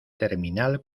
terminal